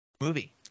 movie